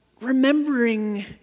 remembering